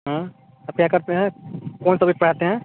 हाँ आप क्या करते हैं कौन सब्जेक्ट पढ़ाते हैं